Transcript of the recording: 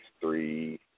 three